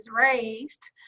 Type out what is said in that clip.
raised